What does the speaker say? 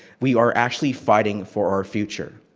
we are actually fighting for our future.